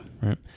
Right